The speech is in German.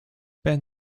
ben